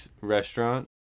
restaurant